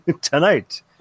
Tonight